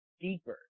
deeper